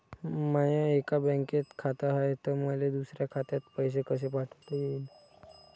माय एका बँकेत खात हाय, त मले दुसऱ्या खात्यात पैसे कसे पाठवता येईन?